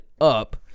up